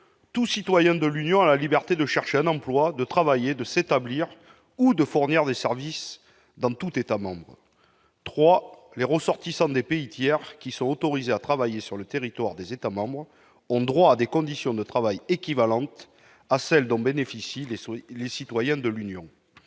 Tout citoyen de l'Union a la liberté de chercher un emploi, de travailler, de s'établir ou de fournir des services dans tout État membre. « 3. Les ressortissants des pays tiers qui sont autorisés à travailler sur le territoire des États membres ont droit à des conditions de travail équivalentes à celles dont bénéficient les citoyens de l'Union.